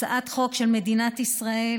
הצעת חוק של מדינת ישראל,